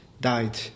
died